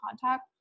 contact